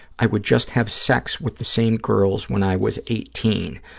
i would just have sex with the same girls when i was eighteen.